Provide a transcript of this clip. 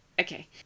Okay